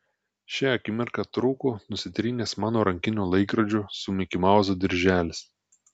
šią akimirką trūko nusitrynęs mano rankinio laikrodžio su mikimauzu dirželis